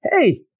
hey